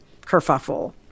kerfuffle